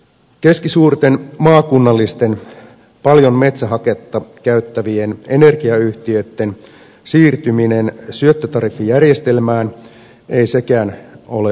keskisuurten maakunnallisten paljon metsähaketta käyttävien energiayhtiöitten siirtyminen syöttötariffijärjestelmään ei sekään ole ongelmatonta